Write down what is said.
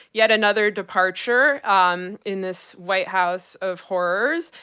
yet another departure um in this white house of horrors.